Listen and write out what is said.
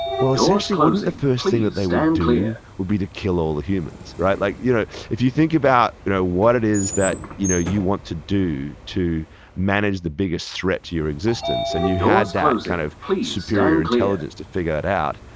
essentially wouldn't the first thing that they would do would be to kill all the humans? like you know if you think about you know what it is that you know you want to do to manage the biggest threat to your existence, and you had that kind of superior intelligence to figure that out,